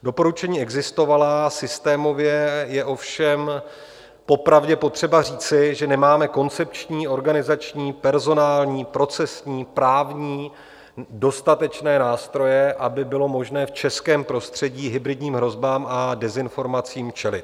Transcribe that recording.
Doporučení existovala, systémově je ovšem popravdě potřeba říci, že nemáme koncepční, organizační, personální, procesní, právní dostatečné nástroje, aby bylo možné v české prostředí hybridním hrozbám a dezinformacím čelit.